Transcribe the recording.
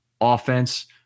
offense